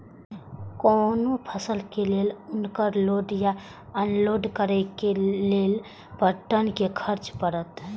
कोनो फसल के लेल उनकर लोड या अनलोड करे के लेल पर टन कि खर्च परत?